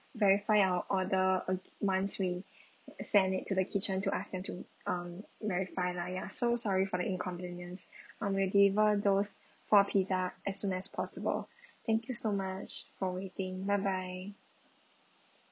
verify our order uh once we send it to the kitchen to ask them to um verify lah ya so sorry for the inconvenience um we'll deliver those four pizza as soon as possible thank you so much for waiting bye bye